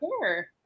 Sure